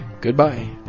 Goodbye